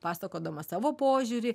pasakodama savo požiūrį